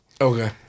Okay